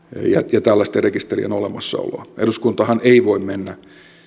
ja tällaisten rekisterien olemassaoloa eduskuntahan ei voi mennä